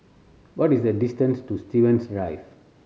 what is the distance to Stevens Drive